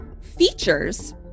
features